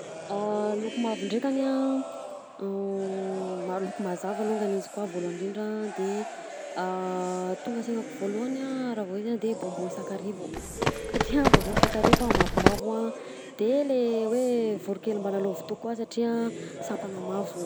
Loko mavo ndrekany a maro loko mazava longany izy koa voalohany ndrindra a de tonga ansainako voalohany raha vao izy a de bonbon sakarivo satria bonbon sakarimbo a mavomavo a de le hoe vorokely mbana lôvoto koa satria sampana mavo.